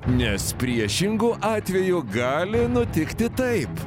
nes priešingu atveju gali nutikti taip